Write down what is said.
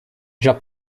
già